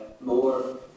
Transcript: more